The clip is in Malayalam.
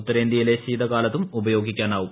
ഉത്തരേന്തൃയിലെ ശീതകാലത്തും ഉപയോഗിക്കാനാവും